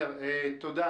תודה.